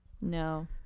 no